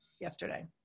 yesterday